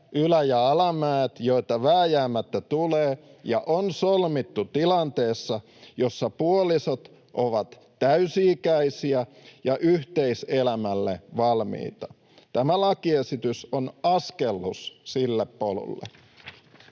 ylä- ja alamäet, joita vääjäämättä tulee, ja on solmittu tilanteessa, jossa puolisot ovat täysi-ikäisiä ja yhteiselämälle valmiita. Tämä lakiesitys on askellus sille polulle.